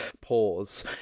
pause